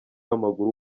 w’amaguru